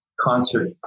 concert